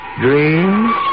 dreams